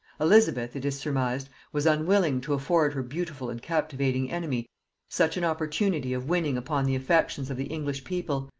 elizabeth, it is surmised, was unwilling to afford her beautiful and captivating enemy such an opportunity of winning upon the affections of the english people,